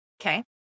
okay